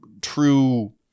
true